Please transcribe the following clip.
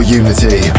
unity